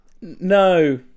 No